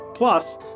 Plus